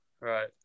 right